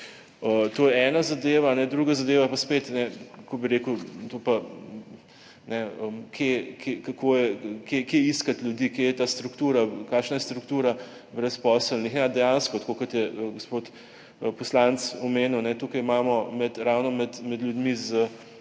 To je ena zadeva. Druga zadeva je pa, kje iskati ljudi, kje je ta struktura, kakšna je struktura brezposelnih. Ja, dejansko je tako, kot je gospod poslanec omenil, tukaj imamo ravno med ljudmi z